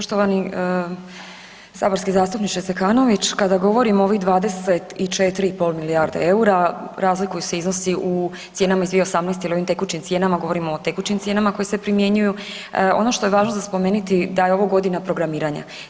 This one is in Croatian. Poštovani saborski zastupniče Zekanović, kada govorimo o ovih 24,5 milijarde EUR-a razlikuju se iznosi u cijenama iz 2018. jel o ovim tekućim cijenama, govorimo o tekućim cijenama koje se primjenjuju, ono što je važno za spomenuti da je ovo godina programiranja.